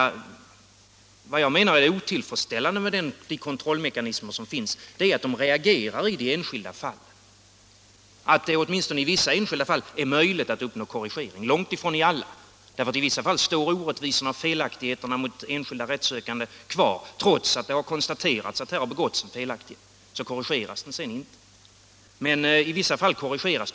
Vad jag menar är otillfredsställande med de kontrollmekanismer som finns är att de reagerar bara i de enskilda fallen. I en del av dessa är det möjligt att få en korrigering, men långt ifrån i alla. Ibland står orättvisorna och felaktigheterna gentemot enskilda rättssökande kvar trots att det har konstaterats att här har begåtts en felaktighet.